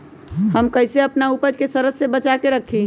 हम कईसे अपना उपज के सरद से बचा के रखी?